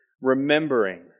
Remembering